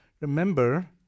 Remember